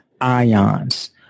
ions